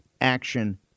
action